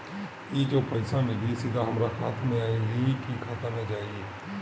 ई जो पइसा मिली सीधा हमरा हाथ में मिली कि खाता में जाई?